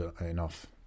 enough